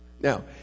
Now